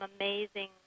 amazing